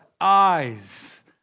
eyes